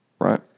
Right